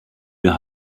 wir